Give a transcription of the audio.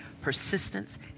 persistence